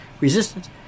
resistance